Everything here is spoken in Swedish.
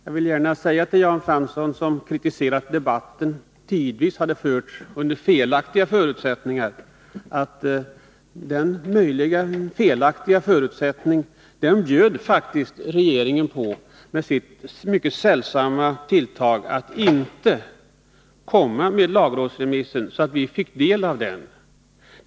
Jag vill gärna säga till Jan Fransson, som kritiserat att debatten tidvis fördes under felaktiga förutsättningar, att den möjligen felaktiga förutsättningen bjöd faktiskt regeringen på med sitt mycket sällsamma tilltag att inte komma med lagrådsremissen så att vi fick del av den.